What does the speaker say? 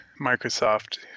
Microsoft